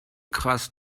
krass